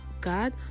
God